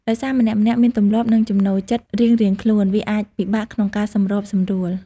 ដោយសារម្នាក់ៗមានទម្លាប់ និងចំណូលចិត្តរៀងៗខ្លួន វាអាចពិបាកក្នុងការសម្របសម្រួល។